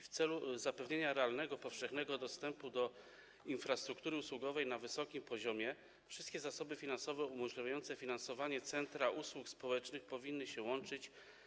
W celu zapewnienia realnego powszechnego dostępu do infrastruktury usługowej na wysokim poziomie wszystkie zasoby finansowe umożliwiające finansowanie centrów usług społecznych powinny się łączyć.